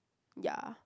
ya